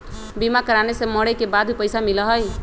बीमा कराने से मरे के बाद भी पईसा मिलहई?